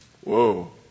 Whoa